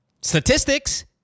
statistics